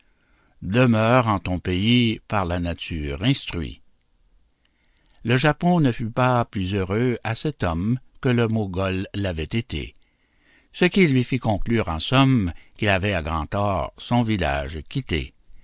demeure en ton pays par la nature instruit le japon ne fut pas plus heureux à cet homme que le mogol l'avait été ce qui lui fit conclure en somme qu'il avait à grand tort son village quitté